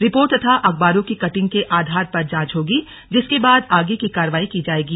report तथा अखबारों की कटिंग के आधार पर जांच होगी जिसके बाद आगे की कार्रवाई की जाएगी